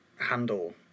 handle